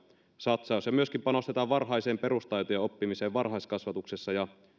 satsaus ja myöskin panostetaan varhaiseen perustaitojen oppimiseen varhaiskasvatuksessa